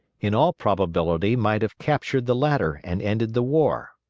in all probability might have captured the latter and ended the war.